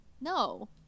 no